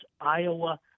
Iowa